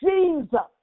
Jesus